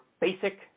basic